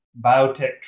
biotech